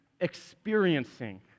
experiencing